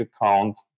account